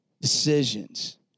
decisions